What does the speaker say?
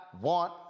want